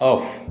of